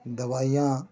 दवाइयाँ